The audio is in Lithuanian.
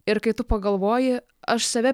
ir kai tu pagalvoji aš save